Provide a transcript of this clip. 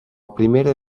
primera